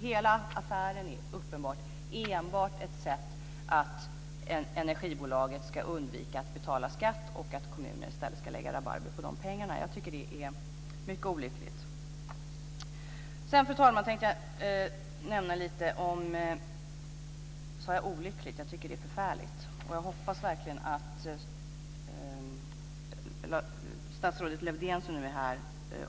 Hela affären är uppenbart enbart ett sätt att undvika att energibolaget betalar skatt och i stället låta kommunen lägga rabarber på de pengarna. Jag tycker att det är mycket olyckligt. Sade jag "olyckligt"? Jag tycker att det är förfärligt. Jag hoppas verkligen att statsrådet Lövdén, som nu är här,